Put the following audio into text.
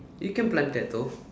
you can plant that too